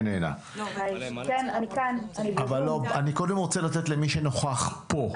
אני קודם רוצה לתת לדבר למי שנוכח פה.